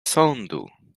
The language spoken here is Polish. sądu